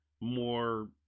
more